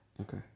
Okay